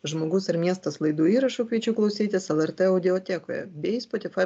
žmogus ir miestas laidų įrašų kviečiu klausytis lrt audiotekoje bei spotifai